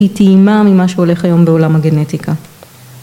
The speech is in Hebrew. ‫היא טעימה ממה שהולך היום ‫בעולם הגנטיקה.